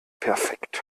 perfekt